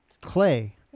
clay